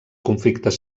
conflictes